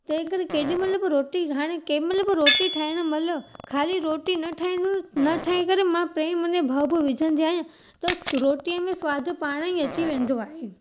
तंहिं करे केॾी महिल बि रोटी हाणे कंहिं महिल बि रोटी ठाहिण महिल खाली रोटी न ठहे न ठाहे करे मां प्रेम अने भाव बि विझंदी आहियां त रोटीअ में सवादु पाणे ई अची वेंदो आहे